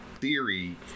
theory